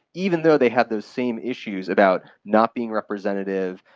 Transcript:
even though they have those same issues about not being representative,